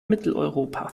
mitteleuropa